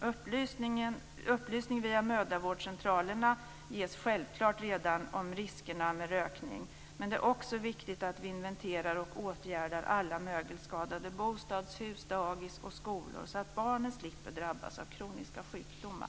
Upplysning om riskerna med rökning ges självklart redan via mödravårdscentralerna. Men det är också viktigt att vi inventerar och åtgärdar alla mögelskadade bostadshus, dagis och skolor så att barnen slipper drabbas av kroniska sjukdomar.